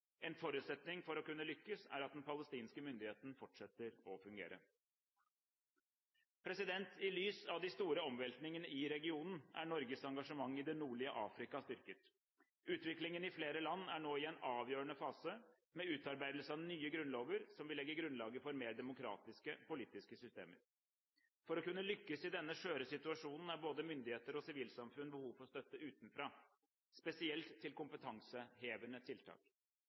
En forutsetning for å kunne lykkes er at den palestinske myndigheten fortsetter å fungere. Som følge av de store omveltningene i regionen er Norges engasjement i det nordlige Afrika styrket. Utviklingen i flere land er nå i en avgjørende fase, med utarbeidelse av nye grunnlover som vil legge grunnlaget for mer demokratiske politiske systemer. For å kunne lykkes i denne skjøre situasjonen har både myndigheter og sivilsamfunn behov for støtte utenfra, spesielt til kompetansehevende tiltak.